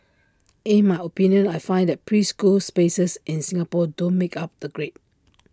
in my opinion I find that preschool spaces in Singapore don't make up the grade